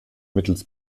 mittels